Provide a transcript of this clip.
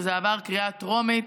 וזה עבר קריאה טרומית.